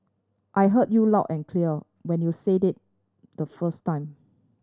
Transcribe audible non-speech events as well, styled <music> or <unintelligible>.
I heard you loud and clear <unintelligible> when you said it the first time